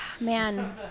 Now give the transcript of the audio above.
Man